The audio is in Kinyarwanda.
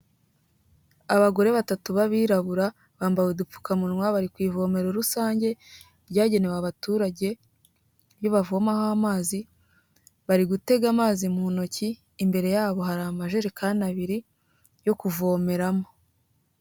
Abagore batatu b'abirabura, bambaye udupfukamunwa, bari ku ivomero rusange ryagenewe abaturage, iryo bavomaho amazi, bari gutega amazi mu ntoki, imbere yabo hari amajerekani abiri yo kuvomeramo.